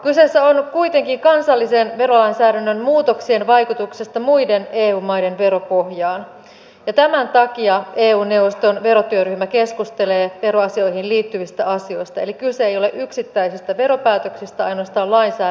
kyse on kuitenkin kansallisen verolainsäädännön muutoksien vaikutuksesta muiden eu maiden veropohjaan ja tämän takia eu neuvoston verotyöryhmä keskustelee veroasioihin liittyvistä asioista eli kyse ei ole yksittäisistä veropäätöksistä ainoastaan lainsäädännöstä